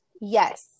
Yes